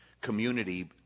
community